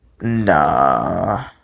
nah